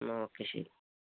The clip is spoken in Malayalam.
എന്നാല് ഓക്കെ ശരി